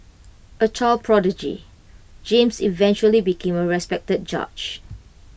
A child prodigy James eventually became A respected judge